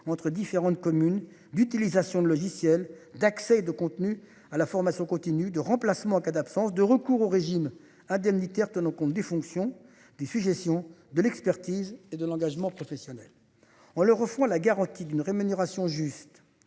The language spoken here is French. entre différentes communes d'utilisation de logiciels d'accès de contenus à la formation continue de remplacement en cas d'absence de recours au régime indemnitaire tenant compte des fonctions des suggestions de l'expertise et de l'engagement professionnel en leur offrant la garantie d'une rémunération juste.